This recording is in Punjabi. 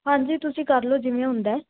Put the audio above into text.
ਹਾਂਜੀ ਤੁਸੀਂ ਕਰ ਲਓ ਜਿਵੇਂ ਹੁੰਦਾ